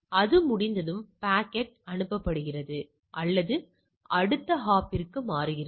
அது முடிந்ததும் பாக்கெட் அனுப்பப்படுகிறது அல்லது அடுத்த ஹாப்பிற்கு மாறுகிறது